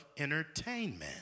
entertainment